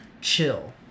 chill